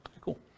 Cool